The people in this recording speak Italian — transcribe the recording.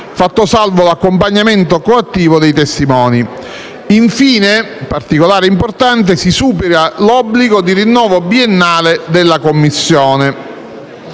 fatto salvo l'accompagnamento coattivo dei testimoni. Infine - particolare importante - si supera l'obbligo di rinnovo biennale della Commissione.